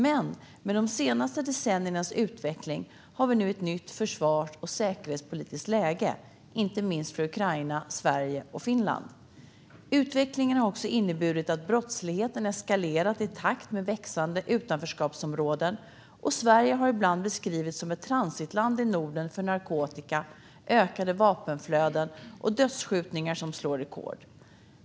Men med de senaste decenniernas utveckling har vi nu ett nytt försvars och säkerhetspolitiskt läge, inte minst för Ukraina, Sverige och Finland. Utvecklingen har också inneburit att brottsligheten eskalerat i takt med växande utanförskapsområden. Sverige har ibland beskrivits som ett transitland i Norden för narkotika och har ökade vapenflöden och dödsskjutningar som slår rekord.